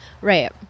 Right